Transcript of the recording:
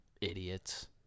Idiots